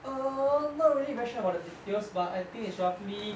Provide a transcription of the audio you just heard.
err I'm not really sure about the details but I think it's roughly